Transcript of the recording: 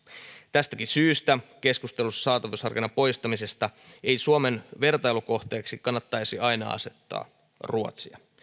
tästäkin syystä keskustelussa saatavuusharkinnan poistamisesta ei suomen vertailukohteeksi kannattaisi aina asettaa ruotsia